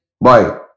boy